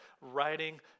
writing